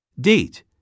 Date